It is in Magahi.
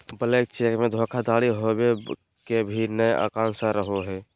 ब्लैंक चेक मे धोखाधडी होवे के भी बहुत आशंका रहो हय